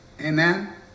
Amen